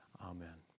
amen